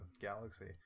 galaxy